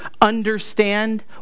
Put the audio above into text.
understand